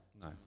No